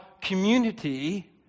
community